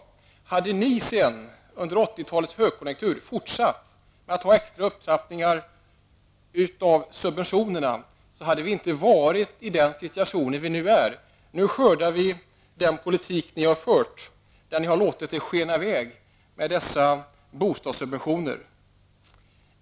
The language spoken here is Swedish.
Om ni under 1980-talets högkonjunktur inte hade fortsatt att trappa upp subventionerna, då hade vi inte haft nuvarande situation. Nu får vi skörda vad ni har sått i och med den politik som ni har fört. Ni har ju låtit detta med bostadssubventionerna skena i väg.